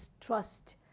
trust